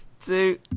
two